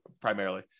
primarily